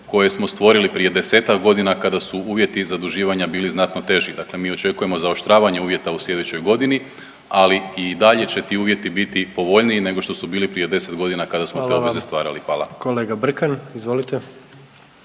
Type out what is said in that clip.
koje smo stvorili prije desetak godina kada su uvjeti zaduživanja bili znatno teži. Dakle, mi očekujemo zaoštravanje uvjeta u sljedećoj godini, ali i dalje će ti uvjeti biti povoljniji nego što su bili prije 10 godina kada smo te obveze stvarali. Hvala. **Jandroković,